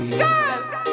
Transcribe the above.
Stop